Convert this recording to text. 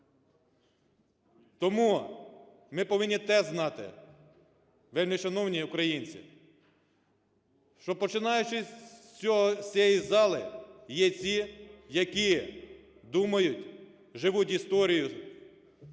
Тому ми повинні те знати, вельмишановні українці, що, починаючи з цієї зали, є ті, які думають, живуть історією